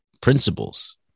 principles